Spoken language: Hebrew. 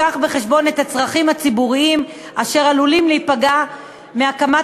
בחשבון את הצרכים הציבוריים אשר עלולים להיפגע ממנה,